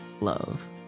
love